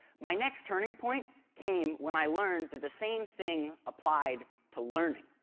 my next turning point came when i learned that the same thing applied to learning.